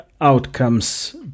outcomes